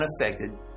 unaffected